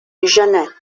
janet